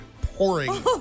pouring